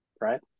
right